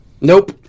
nope